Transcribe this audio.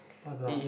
how to pronounce